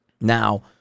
Now